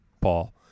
Paul